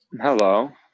Hello